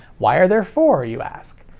why are there four, you ask?